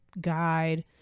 guide